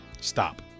Stop